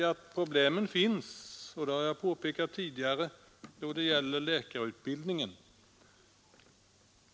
Problem finns också — och det har jag påpekat tidigare — då det gäller läkarutbildningen.